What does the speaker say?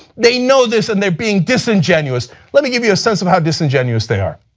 they know this and they are being disingenuous. let me give you a sense of how disingenuous. there